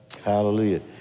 Hallelujah